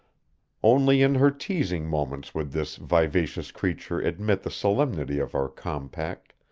only in her teasing moments would this vivacious creature admit the solemnity of our compact,